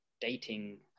dating